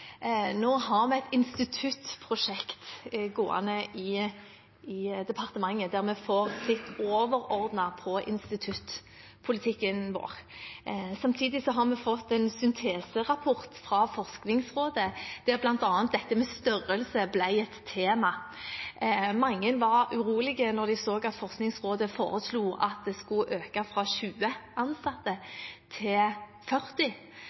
Nå har vi et instituttprosjekt gående i departementet, der vi får sett overordnet på instituttpolitikken vår. Samtidig har vi fått en synteserapport fra Forskningsrådet, der bl.a. dette med størrelse ble et tema. Mange var urolige da de så at Forskningsrådet foreslo at man skulle øke fra 20 ansatte til 40,